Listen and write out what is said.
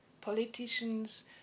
politicians